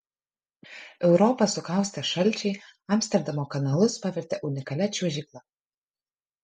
europą sukaustę šalčiai amsterdamo kanalus pavertė unikalia čiuožykla